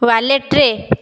ୱାଲେଟ୍ରେ